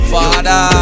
Father